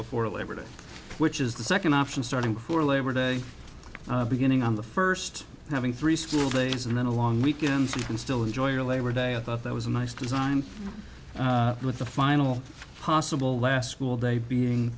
before labor which is the second option starting before labor day beginning on the first having three school days and then a long weekend so you can still enjoy your labor day i thought that was a nice design with the final possible last school day being